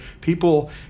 people